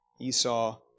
Esau